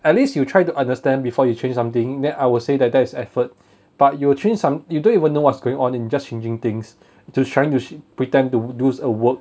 at least you try to understand before you change something then I will say that that's effort but you change some you don't even know what's going on and just changing things to trying to sh~ pretend to produce a work